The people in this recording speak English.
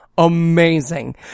amazing